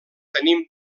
tenint